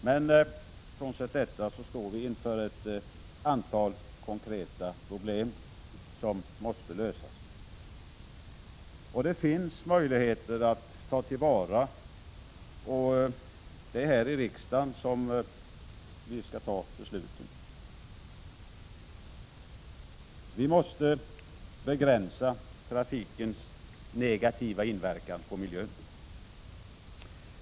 Men även frånsett detta står vi inför ett antal konkreta problem som måste lösas. Det finns möjligheter att ta till vara, och det är här i riksdagen som vi skall fatta besluten. Vi måste begränsa trafikens negativa inverkan på miljön.